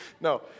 No